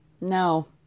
No